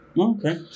Okay